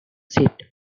sit